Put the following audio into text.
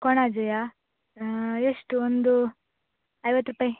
ಕೊಣಾಜೆನಾ ಎಷ್ಟು ಒಂದು ಐವತ್ತು ರೂಪಾಯಿ